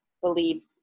believe